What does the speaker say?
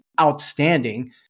outstanding